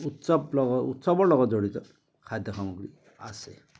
উৎসৱ লগ উৎসৱৰ লগত জড়িত খাদ্য় সামগ্ৰী আছে